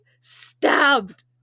stabbed